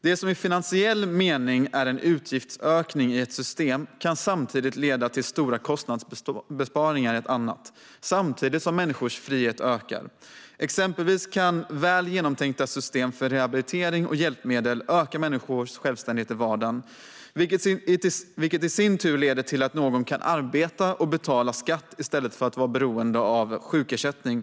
Det som i finansiell mening är en utgiftsökning i ett system kan leda till stora kostnadsbesparingar i ett annat, samtidigt som människors frihet ökar. Exempelvis kan väl genomtänkta system för rehabilitering och hjälpmedel öka människors självständighet i vardagen. Det kan leda till att någon kan börja arbeta och betala skatt i stället för att vara beroende av sjukersättning.